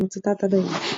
ומצוטט עד היום.